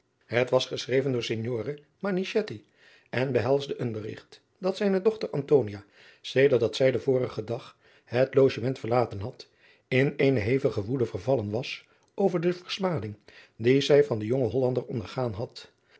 het was geschreven door signore manichetti en behelsde een berigt dat zijne dochter antonia sedert dat zij den vorigen dag het logement verlaten hadden in eene hevige woede vervallen was over de versmading die zij van den jongen hollander ondergaan had